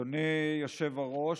אדוני היושב-ראש,